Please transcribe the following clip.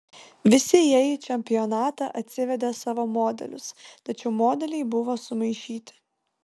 visi jie į čempionatą atsivedė savo modelius tačiau modeliai buvo sumaišyti